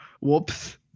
Whoops